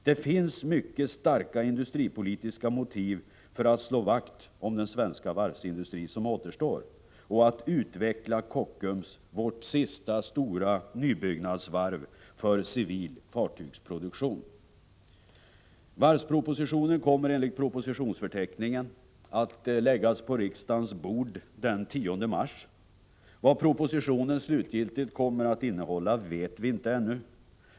Det finns mycket starka industripolitiska motiv för att slå vakt om den svenska varvsindustri som återstår och att utveckla Kockums, vårt sista stora nybyggnadsvarv, för civil fartygsproduktion. Varvspropositionen kommer enligt propositionsförteckningen att läggas på riksdagens bord den 10 mars. Vad propositionen slutgiltigt kommer att innehålla vet vi ännu inte.